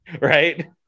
Right